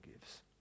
gives